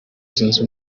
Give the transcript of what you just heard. zunze